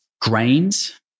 grains